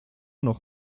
noch